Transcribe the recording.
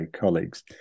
colleagues